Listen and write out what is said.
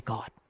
God